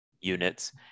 units